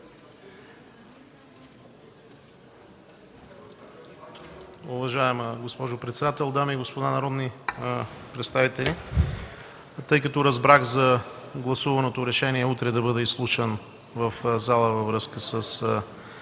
Уважаема госпожо председател, дами и господа народни представители! Тъй като разбрах за гласуваното решение утре да бъда изслушан в залата във връзка с